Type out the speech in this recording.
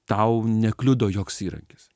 tau nekliudo joks įrankis